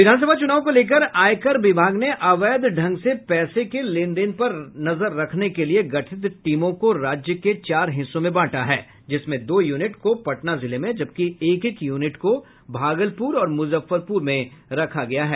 विधान सभा चुनाव को लेकर आयकर विभाग ने अवैध ढंग से पैसे के लेन देन पर नजर रखने के लिए गठित टीमों को राज्य के चार हिस्सों में बांटा है जिसमें दो यूनिट को पटना जिले में जबकि एक एक यूनिट को भागलपुर और मुजफ्फरपुर में रखा गया है